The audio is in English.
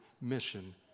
mission